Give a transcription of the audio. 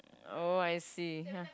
oh I see